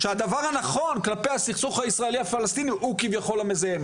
שהדבר הנכון כלפי הסכסוך הישראלי-הפלסטיני הוא כביכול המזהם.